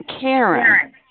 Karen